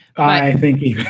i think he